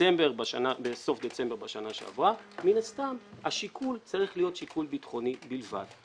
בסוף דצמבר בשנה שעברה השיקול צריך להיות שיקול ביטחוני בלבד.